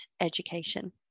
education